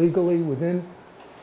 legally within